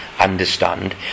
understand